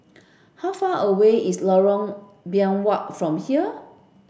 how far away is Lorong Biawak from here